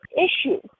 issue